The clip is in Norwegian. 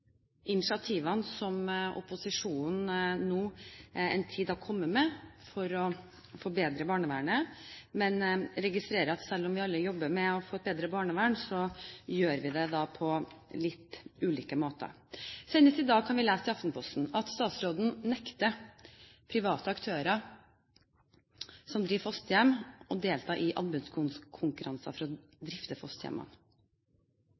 initiativene som opposisjonen nå en tid har kommet med for å forbedre barnevernet, men jeg registrerer at selv om vi alle jobber for å få et bedre barnevern, gjør vi det på litt ulike måter. Senest i dag kunne vi lese i Aftenposten at statsråden nekter private aktører som driver fosterhjem, å delta i anbudskonkurranser om å